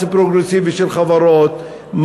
מס פרוגרסיבי של חברות,